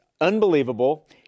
unbelievable